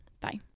Bye